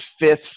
fifth